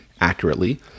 accurately